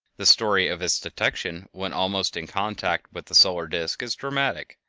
the story of its detection when almost in contact with the solar disk is dramatic.